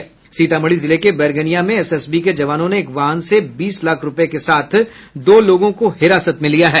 सीतामढ़ी जिला के बैरगनिया में एसएसबी के जवानों ने एक वाहन से बीस लाख रूपये के साथ दो लोगों को हिरासत में लिया है